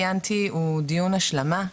שלום לכולם, הדיון היום הוא דיון השלמה,